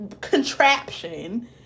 contraption